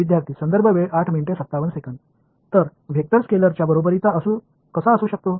तर वेक्टर स्केलरच्या बरोबरीचा कसा असू शकतो